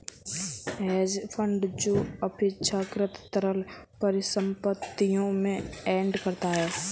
hedge fund जो अपेक्षाकृत तरल परिसंपत्तियों में ट्रेड करता है